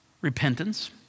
repentance